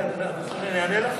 את רוצה שאני אענה לך?